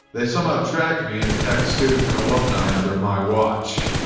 they somehow tracked me and attacked students and alumni under my watch.